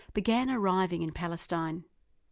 began arriving in palestine.